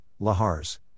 lahars